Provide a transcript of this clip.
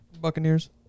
Buccaneers